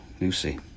Lucy